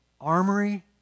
armory